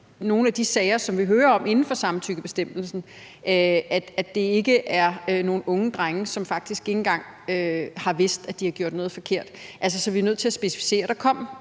nogle af de sager, som vi hører om, og som falder inden for samtykkebestemmelsen, handler om nogle unge drenge, som faktisk ikke engang har vidst, at de har gjort noget forkert. Så vi er nødt til at specificere det. Der kom